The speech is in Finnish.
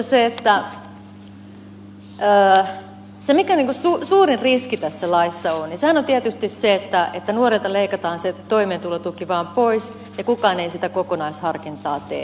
se mikä on niin kuin suurin riski tässä laissa niin sehän on tietysti se että nuorelta leikataan se toimeentulotuki vaan pois ja kukaan ei sitä kokonaisharkintaa tee